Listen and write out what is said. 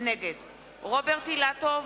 נגד רוברט אילטוב,